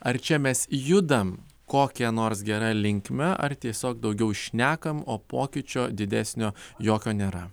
ar čia mes judam kokia nors gera linkme ar tiesiog daugiau šnekam o pokyčio didesnio jokio nėra